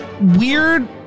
weird